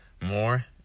more